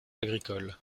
agricole